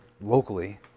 locally